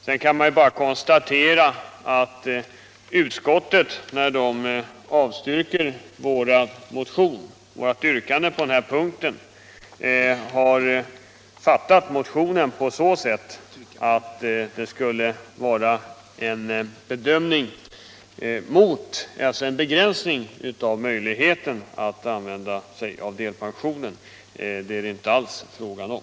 Sedan kan man bara konstatera att utskottet, när det avstyrker vårt yrkande på den här punkten, har fattat motionen på så sätt att det skulle vara en begränsning av möjligheten att använda sig av delpension. Det är det inte alls fråga om.